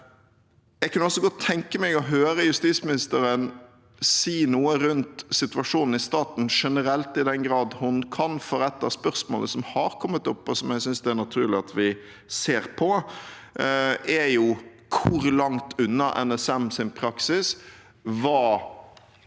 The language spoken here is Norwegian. Jeg kunne også godt tenke meg å høre justisministeren si noe rundt situasjonen i staten generelt, i den grad hun kan. Et av spørsmålene som har kommet opp, og som jeg synes det er naturlig at vi ser på, er: Hvor langt unna NSM sin praksis var den